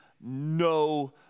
no